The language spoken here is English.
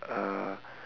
uh